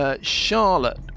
Charlotte